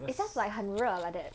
is just like 很热 like that